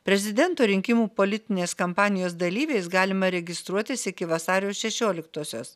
prezidento rinkimų politinės kampanijos dalyviais galima registruotis iki vasario šešioliktosios